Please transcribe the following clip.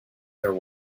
their